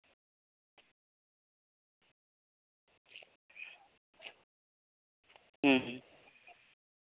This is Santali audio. ᱦᱩᱸ ᱦᱩᱸ